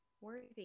worthy